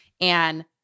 And-